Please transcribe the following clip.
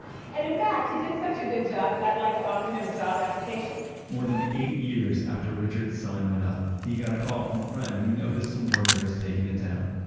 and, in fact, he did such a good job that i'd like to offer him a job application more than eight years after richard's sign went up, he got a call from a friend who noticed some workers taking it down.